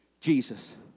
Jesus